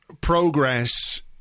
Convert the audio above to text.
progress